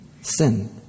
Sin